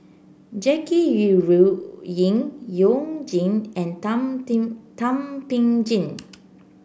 Jackie Yi Ru Ying You Jin and Thum Ping Tjin